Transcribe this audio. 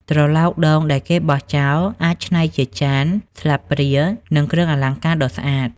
ត្រឡោកដូងដែលគេបោះចោល អាចច្នៃជាចាន ស្លាបព្រា និងគ្រឿងអលង្ការដ៏ស្អាត។